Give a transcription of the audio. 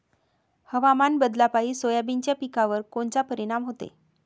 हवामान बदलापायी सोयाबीनच्या पिकावर कोनचा परिणाम होते?